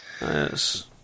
yes